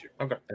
Okay